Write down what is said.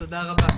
תודה רבה,